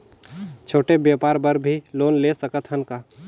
छोटे व्यापार बर भी लोन ले सकत हन का?